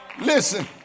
Listen